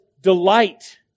delight